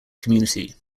community